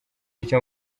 icyo